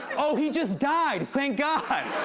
oh, he just died. thank god.